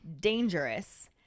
dangerous